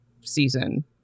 season